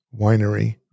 Winery